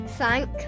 thank